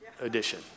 edition